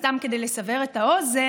סתם כדי לסבר את האוזן,